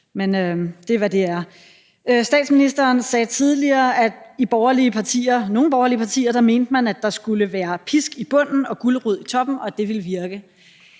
men det er, hvad det er. Statsministeren sagde tidligere, at i nogle borgerlige partier mente man, at der skulle være pisk i bunden og gulerod i toppen, og at det ville virke.